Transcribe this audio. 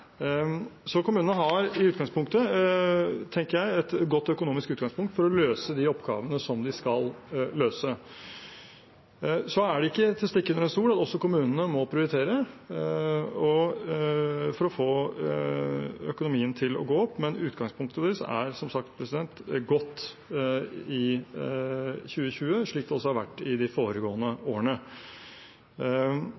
Kommunene har, tenker jeg, et godt økonomisk utgangspunkt for å løse de oppgavene de skal løse. Det er ikke til å stikke under stol at også kommunene må prioritere for å få økonomien til å gå opp, men utgangspunktet er, som sagt, godt i 2020 – slik det også har vært de